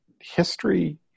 history